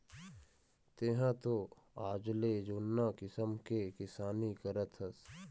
तेंहा तो आजले जुन्ना किसम के किसानी करत हस